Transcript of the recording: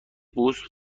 پوست